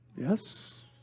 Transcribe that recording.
yes